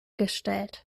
gestellt